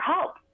help